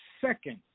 second